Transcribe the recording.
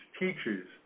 teachers